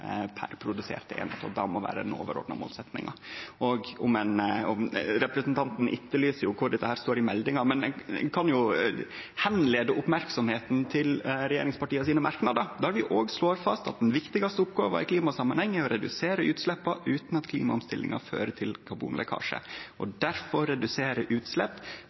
per produserte eining, at det må vere den overordna målsettinga. Representanten etterlyser kvar i meldinga dette står. Eg kan jo rette merksemda mot regjeringspartia sine merknadar, der dei òg slår fast at den viktigaste oppgåva i klimasamanheng er å redusere utsleppa utan at klimaomstillinga fører til karbonlekkasje, og